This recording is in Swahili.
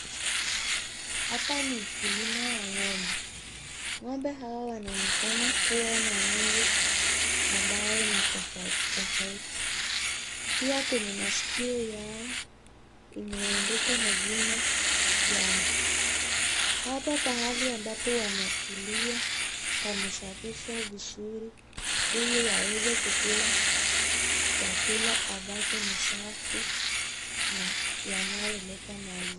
Hapa ni ukulima wa ngombe , ngombe hawa wanaonekana kuwa na rangi ambayo ni tofauti tofauti . Pia kwenye maskio yao imeandikwa majina yao. Hapa hali ambapo wanakulia pamesafishwa vizuri , ili waweze kukula chakula ambacho ni safi na yanayoleta maziwa.